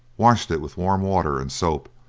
washed it with warm water and soap,